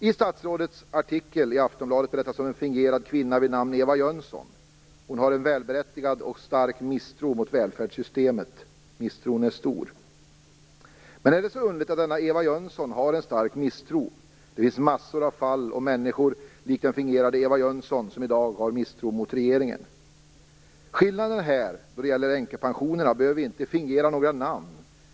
I statsrådets artikel i Aftonbladet berättas om en fingerad kvinna vid namn Eva Jönsson. Hon har en välberättigad och stark misstro mot välfärdssystemet. Misstron är stor. Men är det så underligt att denna Eva Jönsson har en stark misstro? Det finns mängder av fall, och mängder av människor som likt den fingerade Eva Jönsson i dag har missto mot regeringen. Skillnaden när det gäller änkepensionerna är att vi inte behöver fingera några namn.